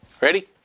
Ready